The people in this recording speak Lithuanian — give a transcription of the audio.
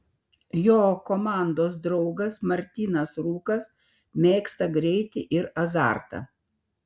jo komandos draugas martynas rūkas mėgsta greitį ir azartą